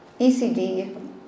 ECD